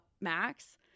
max